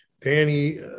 Danny